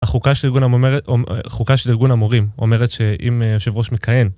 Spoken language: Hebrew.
החוקה של ארגון המומר... החוקה של ארגון המורים. אומרת שאם יושב ראש מכהן